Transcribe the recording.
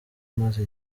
maze